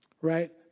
right